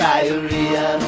Diarrhea